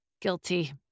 Guilty